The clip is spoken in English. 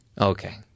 Okay